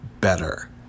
better